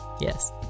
yes